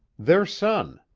their son.